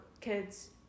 kids